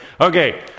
Okay